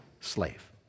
slave